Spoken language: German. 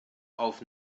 auf